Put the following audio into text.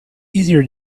easier